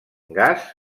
gas